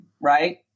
Right